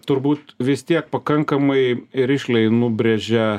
turbūt vis tiek pakankamai rišliai nubrėžia